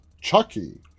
Chucky